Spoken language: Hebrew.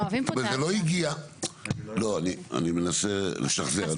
אני מנסה לשחזר,